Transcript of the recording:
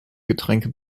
getränke